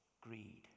greed